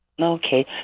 Okay